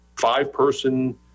five-person